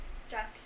structure